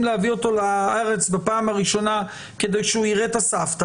להביא אותו לארץ בפעם הראשונה כדי שהוא יראה את הסבתא,